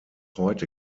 heute